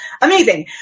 Amazing